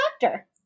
doctor